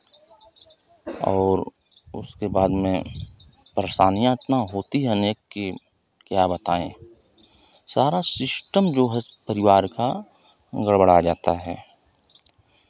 और उसके बाद में परेशानियां इतना होती है ना की क्या बताएं सारा सिस्टम जो है परिवार का गड़बड़ा जाता है